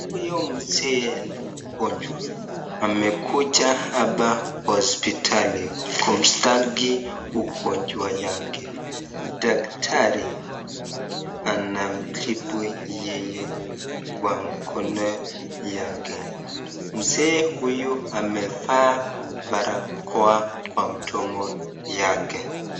Huyu Mzee ni mgonjwa amekuja hapa hospitali kumstaki ugonjwa yake, daktari anamtibu yeye Kwa mkono yake, Mzee huyu amefaa barakoa Kwa mdomo yake.